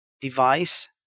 device